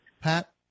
Pat